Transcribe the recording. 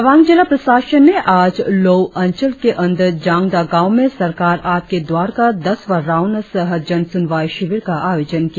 तवांग जिला प्रशासन ने आज लोउ अंचल के अंदर जांगदा गांव में सरकार आपके द्वार का दसवां राउण्ड सह जन सुनवाई शिविर का आयोजन किया